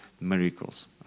miracles